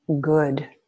good